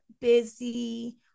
busy